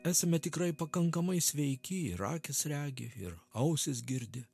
esame tikrai pakankamai sveiki ir akys regi ir ausys girdi